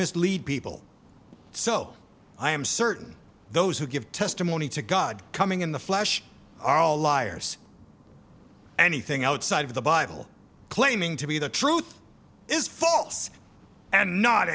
mislead people so i am certain those who give testimony to god coming in the flesh are liars anything outside of the bible claiming to be the truth is false and not